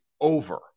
over